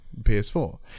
PS4